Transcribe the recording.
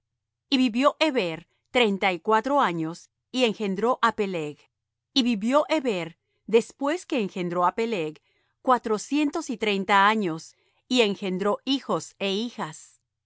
y vivió heber treinta y cuatro años y engendró á peleg y vivió heber después que engendró á peleg cuatrocientos y treinta años y engendró hijos é hijas